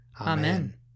Amen